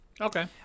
Okay